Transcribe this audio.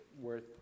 worth